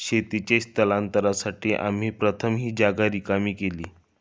शेतीच्या स्थलांतरासाठी आम्ही प्रथम ही जागा रिकामी केली